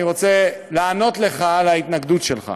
אני רוצה לענות לך על ההתנגדות שלך.